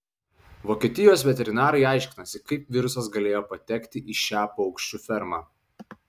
vokietijos veterinarai aiškinasi kaip virusas galėjo patekti į šią paukščių fermą